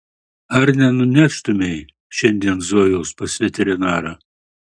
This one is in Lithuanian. ar nenuneštumei šiandien zojos pas veterinarą